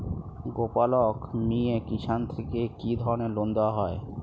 গোপালক মিয়ে কিষান থেকে কি ধরনের লোন দেওয়া হয়?